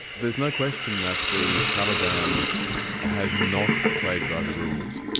there's no question that the taliban has not played by the rules.